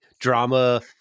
drama